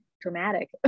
dramatic